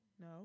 No